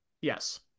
Yes